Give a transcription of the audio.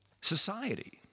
society